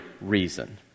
reason